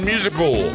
Musical